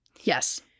Yes